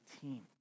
team